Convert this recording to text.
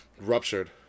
Ruptured